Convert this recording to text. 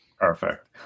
Perfect